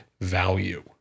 value